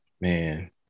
Man